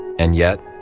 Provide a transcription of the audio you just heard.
and yet,